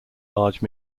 large